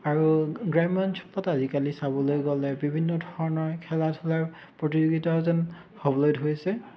আৰু গ্ৰাম্য অঞ্চলত আজিকালি চাবলৈ গ'লে বিভিন্ন ধৰণৰ খেলা ধূলাৰ প্ৰতিযোগিতাও যেন হ'বলৈ ধৰিছে